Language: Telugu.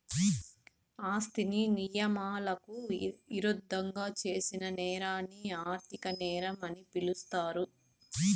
ఆస్తిని నియమాలకు ఇరుద్దంగా చేసిన నేరాన్ని ఆర్థిక నేరం అని పిలుస్తారు